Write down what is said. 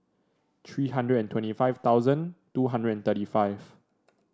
three hundred and twenty five thousand two hundred and thirty five